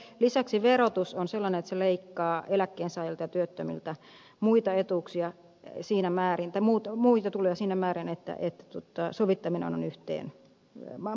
lisäksi verotus on sellainen että se leikkaa eläkkeensaajilta ja työttömiltä muita tuloja siinä määrin että yhteensovittaminen on mahdotonta